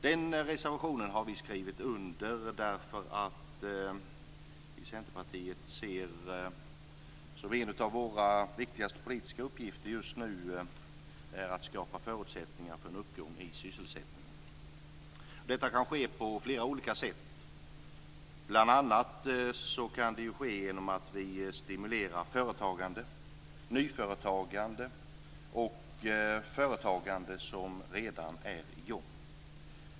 Den reservationen har vi skrivit under därför att vi i Centerpartiet ser det som en av våra viktigaste politiska uppgifter just nu att skapa förutsättningar för en uppgång i sysselsättningen. Detta kan ske bl.a. genom att vi stimulerar nyföretagande och företagande som redan är i gång.